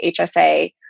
HSA